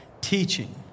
teaching